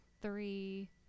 Three